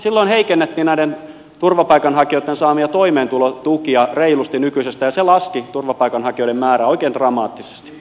silloin heikennettiin näiden turvapaikanhakijoitten saamia toimeentulotukia reilusti nykyisestä ja se laski turvapaikanhakijoiden määrää oikein dramaattisesti